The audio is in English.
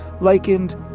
likened